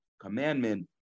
commandment